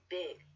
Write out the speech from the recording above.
big